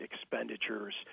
expenditures